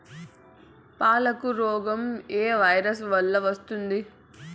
పాలకు రోగం ఏ వైరస్ వల్ల వస్తుంది?